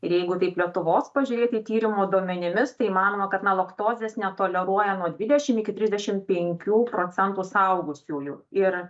ir jeigu taip lietuvos pažiūrėti tyrimo duomenimis tai manoma kad na laktozės netoleruoja nuo dvidešim iki trisdešim penkių procentų suaugusiųjų ir